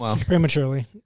Prematurely